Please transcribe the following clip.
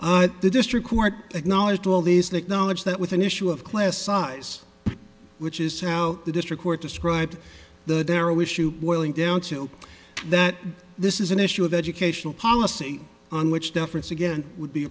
district court acknowledged to all these that knowledge that with an issue of class size which is how the district court described the dero issue boiling down to that this is an issue of educational policy on which deference again would be